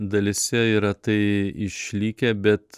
dalyse yra tai išlikę bet